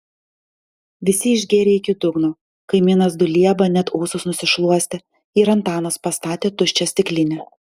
visi išgėrė iki dugno kaimynas dulieba net ūsus nusišluostė ir antanas pastatė tuščią stiklinę